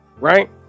right